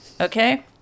okay